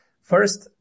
first